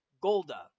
Golda